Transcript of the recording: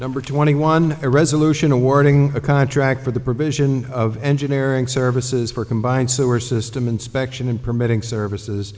number twenty one a resolution awarding a contract for the provision of engineering services for combined sewer system inspection and permitting services